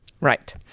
Right